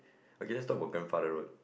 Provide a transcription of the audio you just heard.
okay let's talk about grandfather road